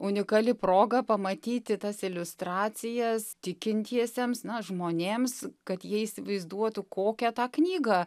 unikali proga pamatyti tas iliustracijas tikintiesiems na žmonėms kad jie įsivaizduotų kokią tą knygą